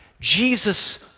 Jesus